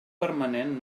permanent